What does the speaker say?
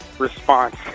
Response